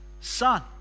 Son